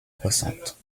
croissante